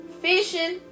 fishing